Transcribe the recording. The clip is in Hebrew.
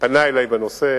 ופנה אלי בנושא.